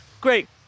great